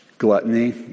Gluttony